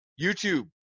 YouTube